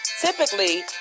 Typically